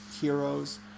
heroes